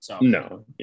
No